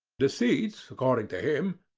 deceit, according to him,